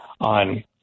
on